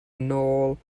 nôl